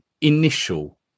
initial